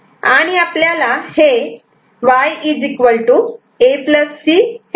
आणि आपल्याला हे Y A C